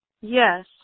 Yes